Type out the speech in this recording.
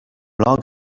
log